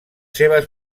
seves